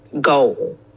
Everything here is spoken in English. goal